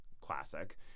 classic